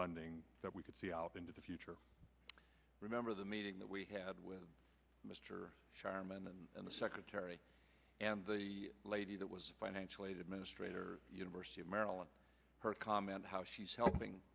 funding that we could see out into the future remember the meeting that we had with mr chairman and the secretary and the lady that was financial aid administrator university of maryland her comment how she's helping